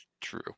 True